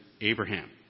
Abraham